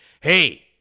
Hey